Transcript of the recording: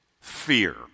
fear